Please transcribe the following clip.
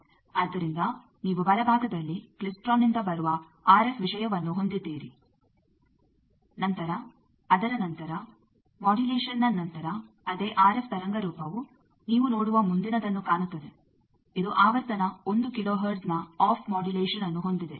ಆದ್ದರಿಂದ ನೀವು ಬಲಭಾಗದಲ್ಲಿ ಕ್ಲಿಸ್ತ್ರೋನ್ನಿಂದ ಬರುವ ಆರ್ಎಫ್ ವಿಷಯವನ್ನು ಹೊಂದಿದ್ದೀರಿ ನಂತರ ಅದರ ನಂತರ ಮೊಡ್ಯುಲೇಷನ್ನ ನಂತರ ಅದೇ ಆರ್ಎಫ್ ತರಂಗ ರೂಪವು ನೀವು ನೋಡುವ ಮುಂದಿನದನ್ನು ಕಾಣುತ್ತದೆ ಇದು ಆವರ್ತನ 1 ಕಿಲೋ ಹರ್ಟ್ಜ್ನ ಆಫ್ ಮೊಡ್ಯುಲೇಷನ್ಅನ್ನು ಹೊಂದಿದೆ